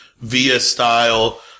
via-style